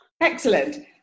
Excellent